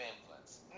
influence